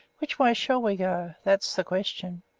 which way shall we go? that's the question.